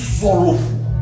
sorrowful